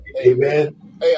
Amen